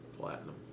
Platinum